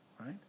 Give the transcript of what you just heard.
right